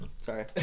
Sorry